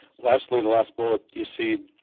lastly the last bullet you see,